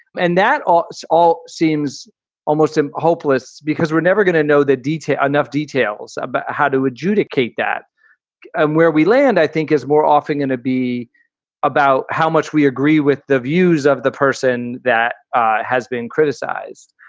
and that all so all seems almost ah hopeless because we're never going to know the detail. enough details of but how to adjudicate that and where we land, i think is more often going to be about how much we agree with the views of the person that has been criticized.